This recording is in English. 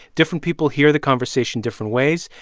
different people hear the conversation different ways.